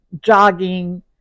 jogging